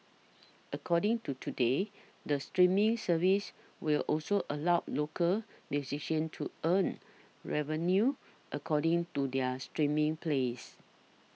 according to Today the streaming service will also allow local musicians to earn revenue according to their streaming plays